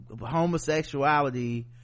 homosexuality